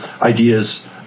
ideas